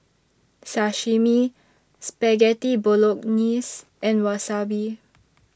Sashimi Spaghetti Bolognese and Wasabi